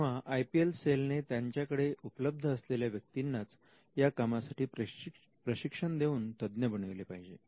तेव्हा I P M सेलने त्यांच्याकडे उपलब्ध असलेल्या व्यक्तींनाच या कामासाठी प्रशिक्षण देऊन तज्ञ बनविले पाहिजे